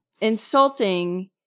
insulting